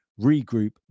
regroup